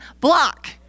block